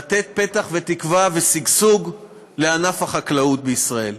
לתת פתח ותקווה ושגשוג לענף החקלאות בישראל.